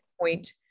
point